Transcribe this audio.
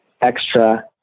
extra